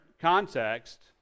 context